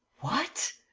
what!